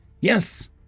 Yes